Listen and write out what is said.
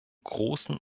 großen